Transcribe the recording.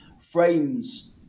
frames